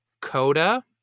Coda